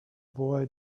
boy